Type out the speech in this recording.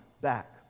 back